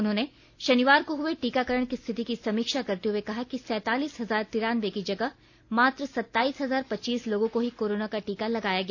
उन्होंने शनिवार को हुए टीकाकरण की स्थिति की समीक्षा करते हुए कहा कि सैंतालीस हजार तीरानब्बे की जगह मात्र सताईस हजार पचीस लोगों को ही कोरोना का टीका लगाया गया